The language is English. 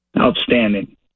Outstanding